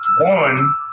One